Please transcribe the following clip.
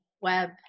web